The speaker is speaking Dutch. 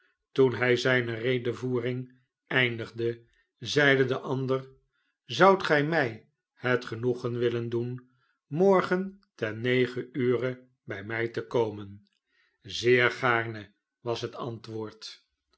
toen hi zijne redevoering eindigde zeide de ander zoudt gij mij het genoegen willen doen morgen ten negen ure bij mij te komen zeer gaarne was het antwoord